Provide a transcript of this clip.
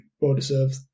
well-deserved